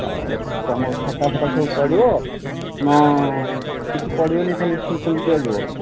ହଉ ଖଟା ଫଟା ସବୁ ପଡ଼ିବ ନା କିଛି ପଡ଼ିବନି ଖାଲି ସିମ୍ପୁଲ୍ ଦିଆଯିବ